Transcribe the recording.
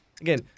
again